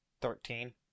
Thirteen